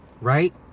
right